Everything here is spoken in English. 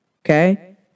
Okay